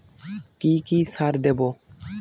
কি কি সার দেবো?